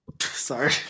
Sorry